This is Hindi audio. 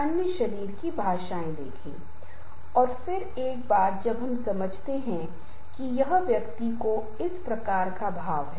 इसलिए मुद्दों और समस्या को बहुत मुखर तरीके से बताते हुए यह बहुत ही स्पष्ट रूप से बहुत महत्वपूर्ण है